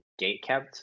gatekept